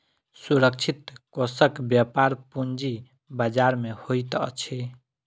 सुरक्षित कोषक व्यापार पूंजी बजार में होइत अछि